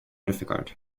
difficult